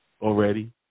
already